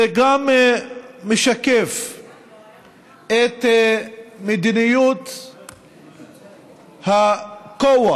זה גם משקף את מדיניות הכוח